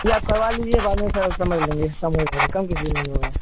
यह आप करवा लीजिए बाद में सब समझ लेंगे कम हो जाएगा कम किस लिए नहीं होगा